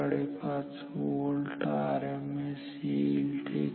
5 volt RMS येईल ठीक आहे